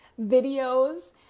videos